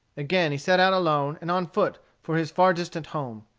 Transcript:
again he set out alone and on foot for his far-distant home.